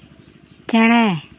ᱪᱮᱬᱮ